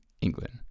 England